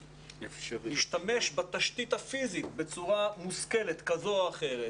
להשתמש בתשתית הפיזית בצורה מושכלת כזו או אחרת